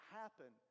happen